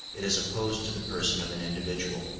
it is opposed to the person of an individual.